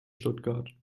stuttgart